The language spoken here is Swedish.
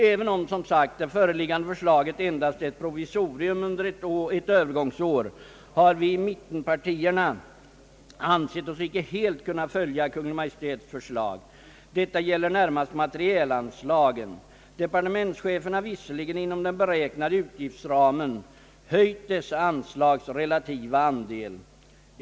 Även om, som sagt, det föreliggande förslaget endast är ett provisorium under ett övergångsår har vi i mittenpartierna ansett oss icke helt kunna följa Kungl. Maj:ts förslag. Detta gäller närmast materielanslagen. Departementschefen har visserligen inom den beräknade utgiftsramen höjt dessa anslags relativa andel.